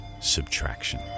subtraction